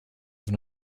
von